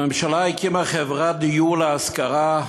הממשלה הקימה חברת דיור להשכרה,